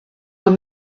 were